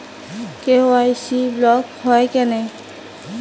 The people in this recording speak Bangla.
কে.ওয়াই.সি ব্লক হয় কেনে?